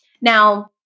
Now